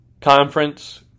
conference